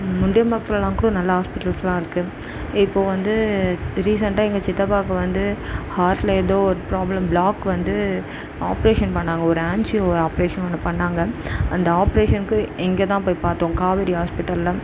முண்டியபாக்கத்திலலாம் கூட நல்ல ஹாஸ்பிடல்ஸ்லாம் இருக்குது இப்போது வந்து ரீசன்ட்டாக எங்கள் சித்தப்பாவுக்கு வந்து ஹார்ட்ல ஏதோ ஒரு ப்ராப்ளம் பிளாக் வந்து ஆப்ரேஷன் பண்ணாங்கள் ஒரு ஆஞ்சியூ ஆப்ரேஷன் ஒன்று பண்ணாங்கள் அந்த ஆப்ரேசனுக்கு இங்கே தான் போய் பார்த்தோம் காவேரி ஹாஸ்பிடல்ல